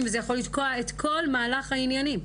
וזה יכול לתקוע את כל מהלך העניינים?